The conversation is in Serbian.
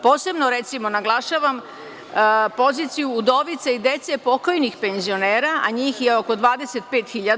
Posebno, recimo, naglašavam poziciju udovica i dece pokojnih penzionera, a njih je oko 25 hiljada.